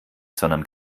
sondern